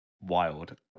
wild